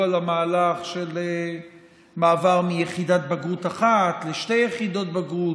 על המהלך של מעבר מיחידת בגרות אחת לשתי יחידות בגרות.